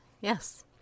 yes